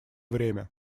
время